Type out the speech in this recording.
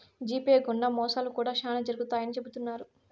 GPay గుండా మోసాలు కూడా శ్యానా జరుగుతాయని చెబుతున్నారు